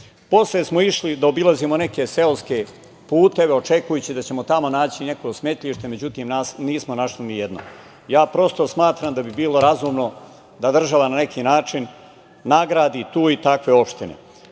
Posle smo išli da obilazimo neke seoske puteve očekujući da ćemo tamo naći neko smetlište. Međutim, nismo našli nijedno. Prosto, smatram da bi bilo razumno da država na neki način nagradi tu i takve opštine. Drugi